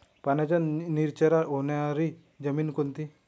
पाण्याचा निचरा होणारी जमीन कोणती?